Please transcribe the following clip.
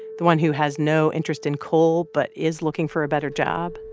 the one who has no interest in coal but is looking for a better job?